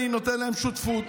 אני נותן להם שותפות.